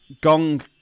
gong